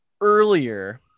earlier